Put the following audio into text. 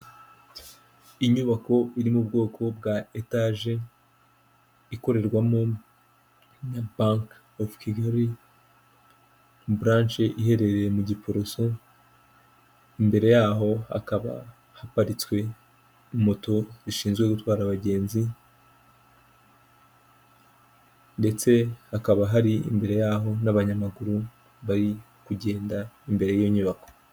Inyubako iri mu bwoko bwa etaje ikorerwamo na Banke ovu Kigali, buranshe iherereye mu Giporoso, imbere yaho hakaba haparitswe moto, zishinzwe gutwara abagenzi, ndetse hakaba hari imbere yaho n'abanyamaguru bari kugenda imbere y'iyo nyubako.